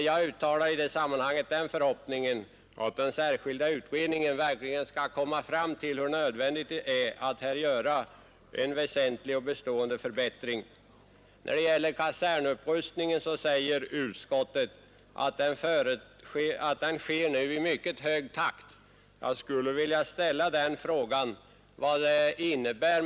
Jag vill uttala den förhoppningen att den särskilda utredningen verkligen skall komma fram till hur nödvändigt det är att här få till stånd en väsentlig och bestående förbättring. När det gäller kasernupprustningen säger utskottet att den nu sker i mycket hög takt. Jag skulle vilja ställa frågan vad denna höga takt innebär.